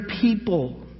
people